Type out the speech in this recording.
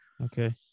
Okay